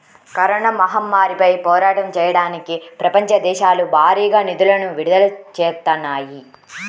corona మహమ్మారిపై పోరాటం చెయ్యడానికి ప్రపంచ దేశాలు భారీగా నిధులను విడుదల చేత్తన్నాయి